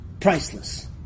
priceless